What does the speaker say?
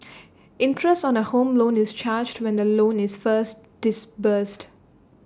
interest on A home loan is charged when the loan is first disbursed